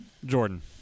Jordan